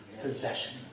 possession